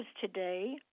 today